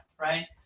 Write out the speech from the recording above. right